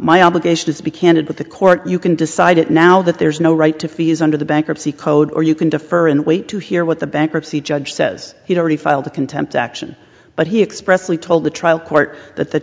my obligation is to be candid with the court you can decide it now now that there's no right to fees under the bankruptcy code or you can defer and wait to hear what the bankruptcy judge says he's already filed a contempt action but he expressed we told the trial court that the